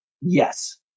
Yes